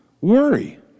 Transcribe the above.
worry